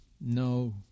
no